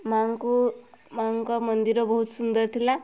ମାଆଙ୍କୁ ମାଆଙ୍କ ମନ୍ଦିର ବହୁତ ସୁନ୍ଦର ଥିଲା